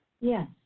Yes